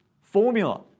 formula